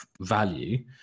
value